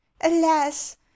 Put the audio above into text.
alas